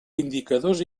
indicadors